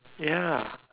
ya